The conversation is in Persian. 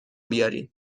بیارین